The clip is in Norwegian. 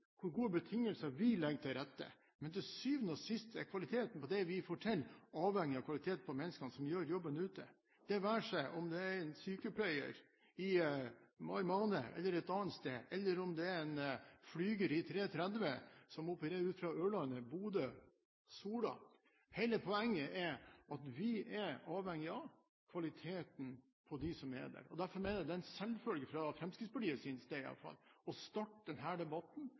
hvor gode betingelser vi legger til rette, men til syvende og sist er kvaliteten på det vi får til, avhengig av kvaliteten på menneskene som gjør jobben ute, det være seg om det er en sykepleier i Meymaneh eller et annet sted, eller om det er en flyger i 330-skvadronen som opererer ut fra Ørland, Bodø eller Sola. Hele poenget er at vi er avhengig av kvaliteten på de som er der. Derfor mener jeg det er en selvfølge, fra Fremskrittspartiets side i alle fall, å starte denne debatten